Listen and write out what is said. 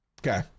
Okay